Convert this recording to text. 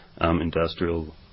industrial